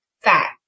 fat